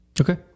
Okay